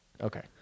Okay